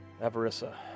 Avarissa